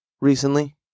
recently